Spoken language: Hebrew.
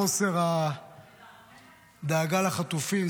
חוסר הדאגה לחטופים,